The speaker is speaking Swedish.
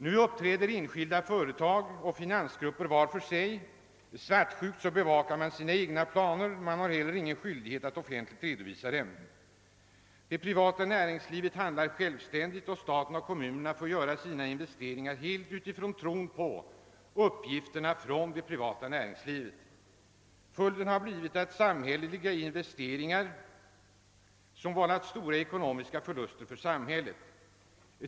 Nu uppträder enskilda företag och finansgrupper var för sig. Svartsjukt bevakar man sina egna planer, och man har inte heller någon skyldighet att offentligt redovisa dem. Det privata näringslivet handlar självständigt, och staten och kommunerna får göra sina investeringar helt utifrån tron på uppgifterna från det privata näringslivet. Följden har blivit investeringar som vål lat stora ekonomiska förluster för samhället.